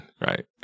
right